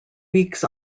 weeks